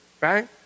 right